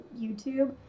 YouTube